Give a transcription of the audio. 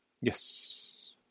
Yes